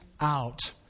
out